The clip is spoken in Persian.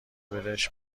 بدش